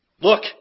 look